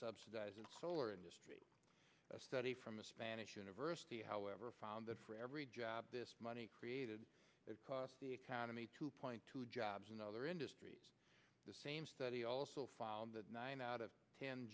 subsidize in solar industry a study from a spanish university however found that for every job money created it cost the economy two point two jobs in other industries the same study also found that nine out of ten